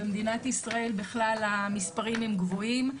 במדינת ישראל בכלל המספרים הם גבוהים,